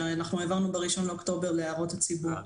שאנחנו העברנו ב-1 באוקטובר להערות הציבור.